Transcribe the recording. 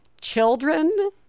children